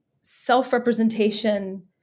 self-representation